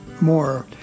more